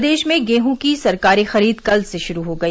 प्रदेश में गेहूँ की सरकारी खरीद कल से शुरू हो गई